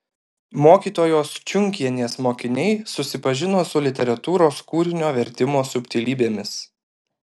mokytojos čiunkienės mokiniai susipažino su literatūros kūrinio vertimo subtilybėmis